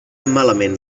malament